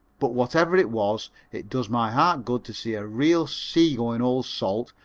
but whatever it was it does my heart good to see a real seagoing old salt,